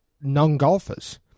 non-golfers